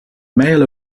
mail